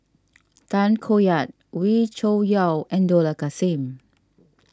Tay Koh Yat Wee Cho Yaw and Dollah Kassim